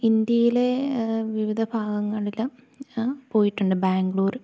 ഇന്ത്യയിലെ വിവിധ ഭാഗങ്ങളിൽ എല്ലാം ഞാൻ പോയിട്ടുണ്ട് ബാംഗ്ലൂർ